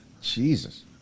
Jesus